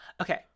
Okay